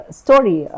story